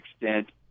extent